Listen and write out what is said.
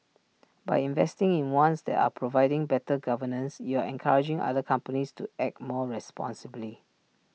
by investing in ones that are providing better governance you're encouraging other companies to act more responsibly